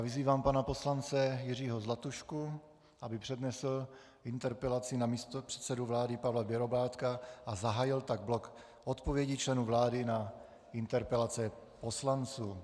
Vyzývám pana poslance Jiřího Zlatušku, aby přednesl interpelaci na místopředsedu vlády Pavla Bělobrádka a zahájil tak blok odpovědí členů vlády na interpelace poslanců.